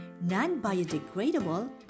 non-biodegradable